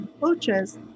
coaches